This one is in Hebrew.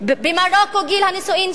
בירדן גיל הנישואין,